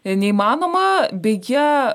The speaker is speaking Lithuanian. neįmanoma beje